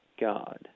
God